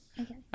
Okay